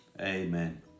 Amen